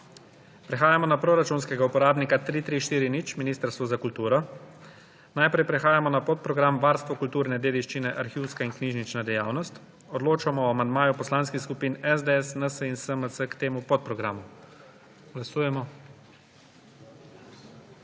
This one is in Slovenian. Prehajamo na proračunskega uporabnika 3340 Ministrstvo za kulturo. Najprej prehajamo na podprogram Varstvo kulturne dediščine, arhivska in knjižnična dejavnost. Odločamo o amandmaju poslanskih skupin SDS, NSi in SMC k temu podprogramu. Glasujemo.